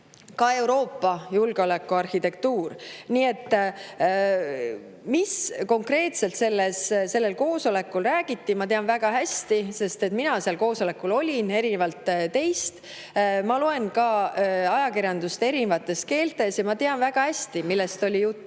Euroopa julgeolekuarhitektuur. Mida konkreetselt sellel koosolekul räägiti, tean ma väga hästi, sest mina olin sellel koosolekul erinevalt teist. Ma loen ka ajakirjandust erinevates keeltes ja ma tean väga hästi, millest oli juttu,